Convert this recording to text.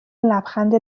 لبخند